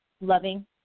loving